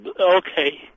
okay